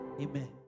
amen